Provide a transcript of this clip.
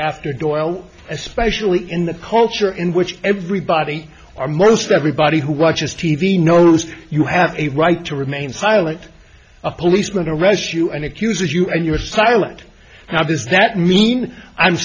doyle especially in the culture in which everybody or most everybody who watches t v knows you have a right to remain silent a policeman arrests you and accuses you and you are silent now does that mean i'm